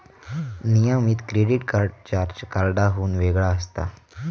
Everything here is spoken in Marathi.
नियमित क्रेडिट कार्ड चार्ज कार्डाहुन वेगळा असता